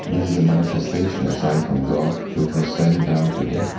this is a manifestation, a sign from god, which was sent down to him,